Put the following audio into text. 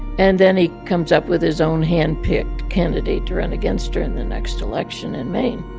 and then he comes up with his own hand-picked candidate to run against her in the next election in maine.